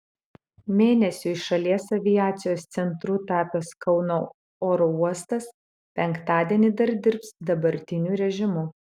mėnesiui šalies aviacijos centru tapęs kauno oro uostas penktadienį dar dirbs dabartiniu režimu